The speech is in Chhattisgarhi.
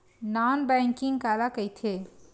नॉन बैंकिंग काला कइथे?